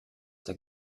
der